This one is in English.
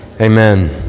Amen